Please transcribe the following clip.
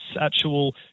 actual